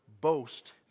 boast